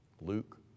Luke